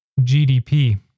GDP